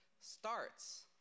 starts